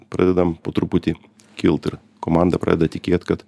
pradedam po truputį kilt ir komanda pradeda tikėt kad